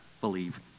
believe